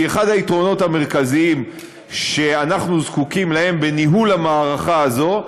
כי אחד היתרונות המרכזיים שאנחנו זקוקים להם בניהול המערכה הזאת,